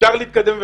אפשר להתקדם.